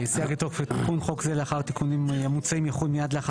הצבעה בעד, 5 נגד, 8 נמנעים, אין לא אושר.